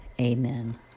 amen